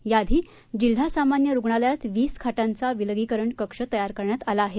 याआधी जिल्हा सामान्य रुग्णालयात वीस खाटांचा विलगीकरण कक्ष तयार करण्यात आला आहे